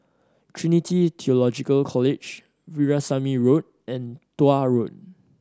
Trinity Theological College Veerasamy Road and Tuah Road